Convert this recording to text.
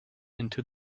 into